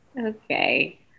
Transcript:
Okay